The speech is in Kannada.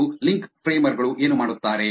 ಮತ್ತು ಲಿಂಕ್ ಫ್ರೇಮರ್ ಗಳು ಏನು ಮಾಡುತ್ತಾರೆ